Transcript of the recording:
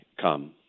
come